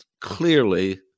Clearly